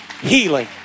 healing